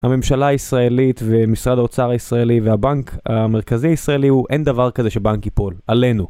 הממשלה הישראלית ומשרד האוצר הישראלי והבנק המרכזי הישראלי הוא אין דבר כזה שבנק ייפול, עלינו.